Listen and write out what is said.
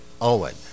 Owen